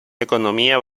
economía